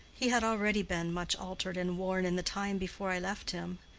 he had already been much altered and worn in the time before i left him.